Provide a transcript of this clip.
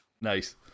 Nice